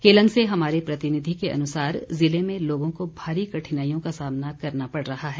केलंग से हमारे प्रतिनिधि के अनुसार जिले में लोगों को भारी कठिनाईयों का सामना करना पड़ रहा है